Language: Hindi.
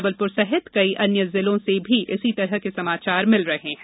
जबलपुर सहित कई अन्य जिलों से भी इसी तरह के समाचार मिल रहे हैं